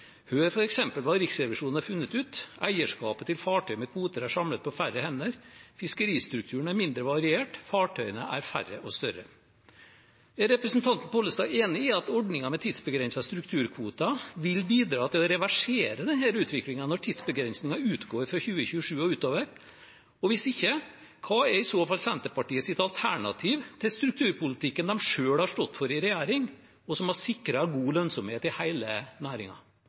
hva Riksrevisjonen har funnet ut: Eierskapet til fartøy med kvoter er samlet på færre hender. Fiskeristrukturen er mindre variert. Fartøyene er færre og større.» Er representanten Pollestad enig i at ordningen med tidsbegrensede strukturkvoter vil bidra til å reversere denne utviklingen når tidsbegrensingen utgår fra 2027 og utover? Hvis ikke: Hva er i så fall Senterpartiets alternativ til strukturpolitikken de selv har stått for i regjering, som har sikret god lønnsomhet i